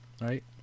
right